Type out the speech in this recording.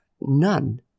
None